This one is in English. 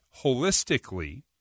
holistically